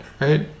right